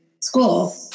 school